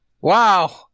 Wow